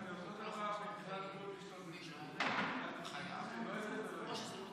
מבחינת בריאות זה לא יותר טוב.